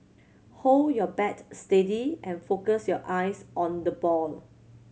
hold your bat steady and focus your eyes on the ball